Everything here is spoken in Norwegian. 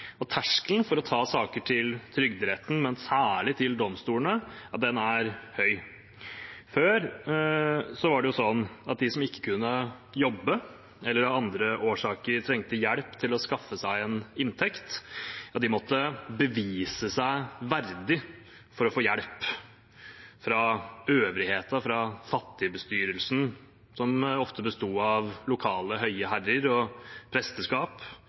og terskelen for å ta saker til Trygderetten, men særlig til domstolene, er høy. Før var det sånn at de som ikke kunne jobbe, eller av andre årsaker trengte hjelp til å skaffe seg en inntekt, måtte vise seg verdige for å få hjelp fra øvrigheten, fra fattigbestyrelsen, som ofte besto av lokale høye herrer og presteskap.